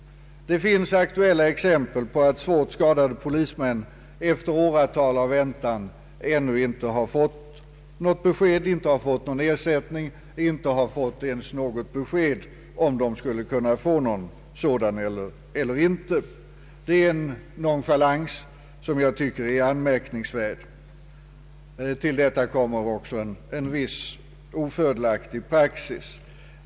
Det finns aktuella exempel på att svårt skadade polismän efter åratal av väntan ännu inte har fått någon ersättning och inte ens något besked om de skulle kunna få någon sådan eller inte. Det är en nonchalans som jag tycker är anmärkningsvärd. Till detta kommer också en ny och i viss mån ofördelaktig praxis.